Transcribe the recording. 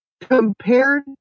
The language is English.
Compared